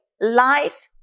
life